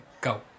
Go